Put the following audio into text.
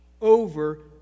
over